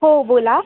हो बोला